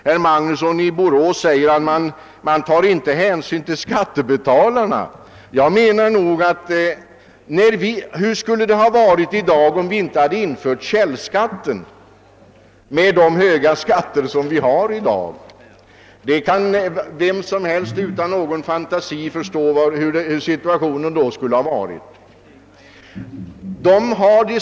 Herr Magnusson i Borås säger att man inte tar hänsyn till skattebetalarna. Men hur skulle det, med de höga skatter som vi har, ha varit i dag, om vi inte hade infört källskatt? Vem som helst kan utan någon fantasi förstå hurdan situationen då skulle ha varit.